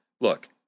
look